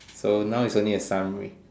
so now it's only a summary